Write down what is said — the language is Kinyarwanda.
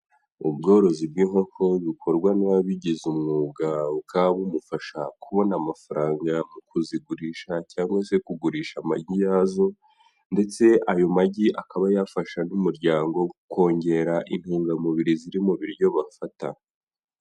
Ubworozi bw'inkoko bukorwa n'uwabigize umwuga, bukaba bumufasha kubona amafaranga mu kuzigurisha cyangwa se kugurisha amagi yazo, ndetse ayo magi akaba yafasha n'umuryango kongera intungamubiri ziri mu biryo bafata.